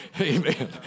Amen